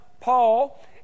Paul